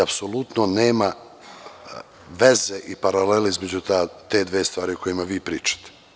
Apsolutno nema veze i paralele između te dve stvari o kojima vi pričate.